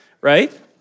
Right